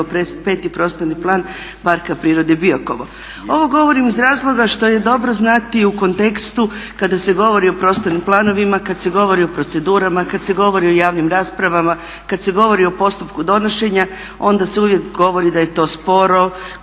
peti prostorni plan Parka prirode Biokovo. Ovo govorim iz razloga što je dobro znati u kontekstu kada se govori o prostornim planovima, kad se govori o procedurama, kad se govori o javnim raspravama, kad se govori o postupku donošenja onda se uvijek govori da je to sporo,